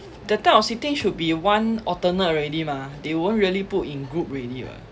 that type of seating should be one alternate already mah they won't really put in group already [what]